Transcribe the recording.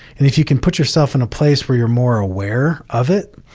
and if you can put yourself in a place where you're more aware of it,